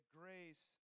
grace